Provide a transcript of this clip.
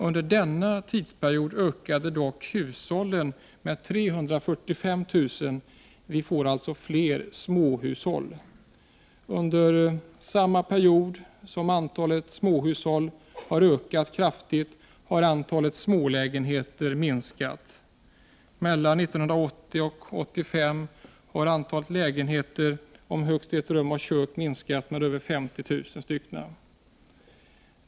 Under denna tidsperiod ökade dock antalet hushåll med 345 000. Vi får allt fler småhushåll. Samtidigt som antalet småhushåll ökat kraftigt har antalet smålägenheter minskat. Mellan 1980 och 1985 minskade antalet lägenheter om högst ett rum och kök med över 50 000 stycken.